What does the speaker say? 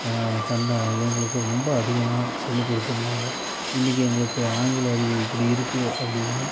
த தன்னை எங்களுக்கு ரொம்ப அதிகமாக சொல்லிக்கொடுத்துருந்தாங்க இன்னக்கு எங்களுக்கு ஆங்கில அறிவு இப்படி இருக்குது அப்படின்னா